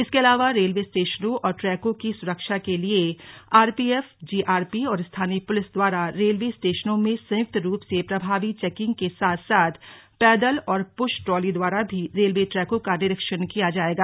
इसके अलावा रेलवे स्टेशनों और ट्रैकों की सुरक्षा के लिए आरपीएफ जीआरपी और स्थानीय पुलिस द्वारा रेलवे स्टेशनों में सयुक्त रूप से प्रभावी चौकिंग के साथ साथ पैदल और पुश ट्रॉली द्वारा भी रेलवे ट्रैकों का निरीक्षण किया जाएगा